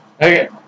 Okay